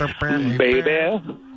baby